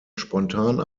spontan